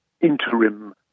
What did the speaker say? interim